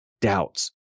doubts